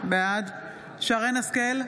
בעד שרן מרים השכל,